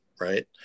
Right